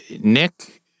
Nick